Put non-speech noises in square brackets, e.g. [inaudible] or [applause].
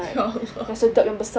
[laughs]